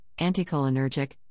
anticholinergic